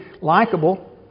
likable